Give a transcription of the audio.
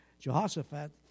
Jehoshaphat